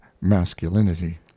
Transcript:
masculinity